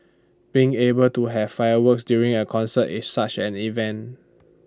being able to have fireworks during A concert is such an event